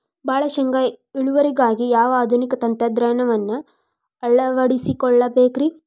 ಭಾಳ ಶೇಂಗಾ ಇಳುವರಿಗಾಗಿ ಯಾವ ಆಧುನಿಕ ತಂತ್ರಜ್ಞಾನವನ್ನ ಅಳವಡಿಸಿಕೊಳ್ಳಬೇಕರೇ?